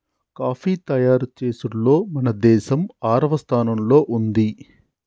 coffee తయారు చేసుడులో మన దేసం ఆరవ స్థానంలో ఉంది